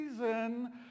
reason